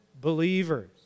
believers